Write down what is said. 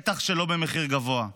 ובטח שלא במחיר גבוה.